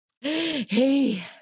hey